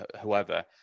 whoever